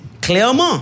clairement